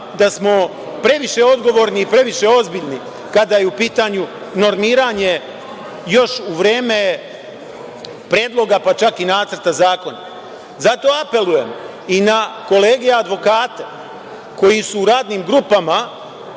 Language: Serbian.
da smo previše odgovorni i previše ozbiljni kada je u pitanju normiranje, još u vreme predloga pa čak i nacrta zakona. Zato apelujem i na kolege advokate koji su u radnim grupama,